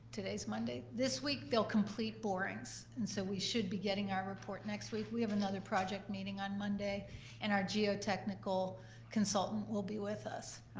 today's monday, this week they'll complete borings, and so we should be getting our report next week. we have another project meeting on monday and our geotechnical consultant will be with us.